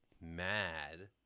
mad